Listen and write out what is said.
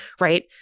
Right